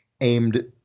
aimed